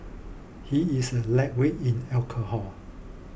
he is a lightweight in alcohol